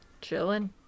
Chilling